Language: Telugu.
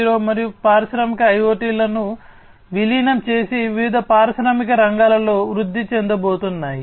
0 మరియు పారిశ్రామిక ఐయోటిలను విలీనం చేసే వివిధ పారిశ్రామిక రంగాలలో వృద్ధి చెందబోతున్నాయి